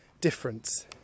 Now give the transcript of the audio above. difference